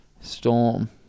Storm